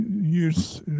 years